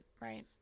right